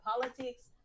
politics